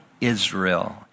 Israel